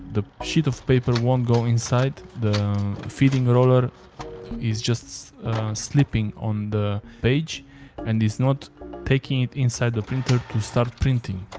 the sheet of paper won't go inside, the feeding roller is just slipping on the page and it's not taking it inside the printer to start printing.